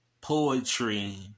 poetry